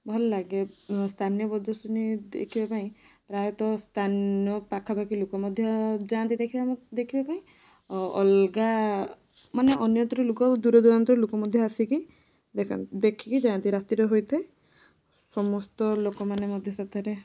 ଭଲ ଲାଗେ ସ୍ଥାନୀୟ ପ୍ରଦର୍ଶନୀ ଦେଖିବାପାଇଁ ପ୍ରାୟତଃ ସ୍ଥାନ ପାଖାପାଖି ଲୋକ ମଧ୍ୟ ଯାଆନ୍ତି ଦେଖିବା ଦେଖିବାପାଇଁ ଅଲଗା ମାନେ ଅନ୍ୟତ୍ର ଲୋକ ଦୂର ଦୂରାନ୍ତରୁ ଲୋକ ମଧ୍ୟ ଆସିକି ଦେଖନ୍ତି ଦେଖିକି ଯାଆନ୍ତି ରାତିରେ ହୋଇଥାଏ ସମସ୍ତ ଲୋକମାନେ ମଧ୍ୟ ସେଥିରେ